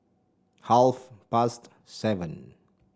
half past seven